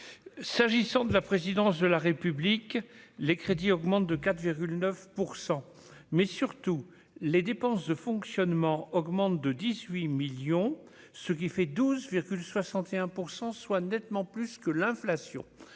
s'agissant de la présidence de la République, les crédits augmentent de 4 9 % mais surtout les dépenses de fonctionnement augmentent de 18 millions, ce qui fait 12 61 %, soit nettement plus que l'inflation,